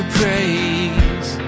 praise